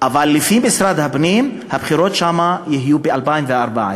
אבל לפי משרד הפנים הבחירות שם יהיו ב-2014.